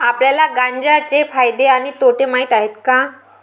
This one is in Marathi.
आपल्याला गांजा चे फायदे आणि तोटे माहित आहेत का?